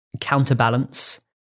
counterbalance